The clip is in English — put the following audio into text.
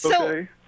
Okay